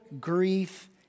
grief